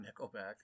Nickelback